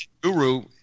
guru